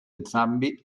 entrambi